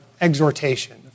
exhortation